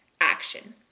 action